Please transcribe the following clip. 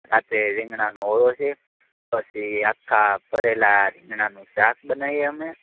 રાત્રે રીંગણાંનો ઓળો છે પછી આખા ભરેલા રીંગણાનું શાક બનાવીએ અમે